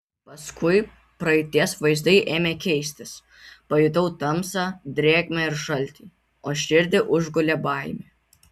paskui praeities vaizdai ėmė keistis pajutau tamsą drėgmę ir šaltį o širdį užgulė baimė